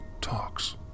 talks